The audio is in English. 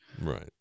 Right